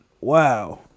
wow